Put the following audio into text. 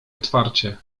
otwarcie